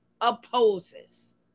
opposes